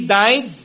died